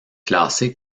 classée